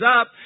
up